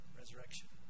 resurrection